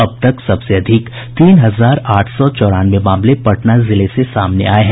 अब तक सबसे अधिक तीन हजार आठ सौ चौरानवे मामले पटना जिले से सामने आये हैं